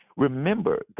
Remember